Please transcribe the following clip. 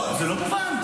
זה לא מובן.